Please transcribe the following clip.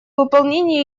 выполнении